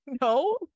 no